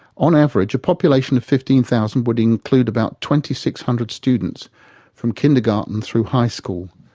on average, a population of fifteen thousand would include about twenty six hundred students from kindergarten through high school.